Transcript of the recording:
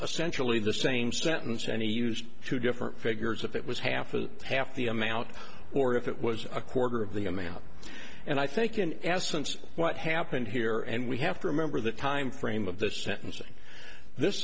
a centrally the same sentence and he used two different figures if it was half a half the amount or if it was a quarter of the amount and i think in essence what happened here and we have to remember the time frame of the sentencing this